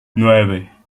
nueve